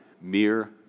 mere